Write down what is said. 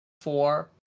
four